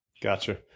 Gotcha